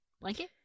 Blanket